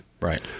Right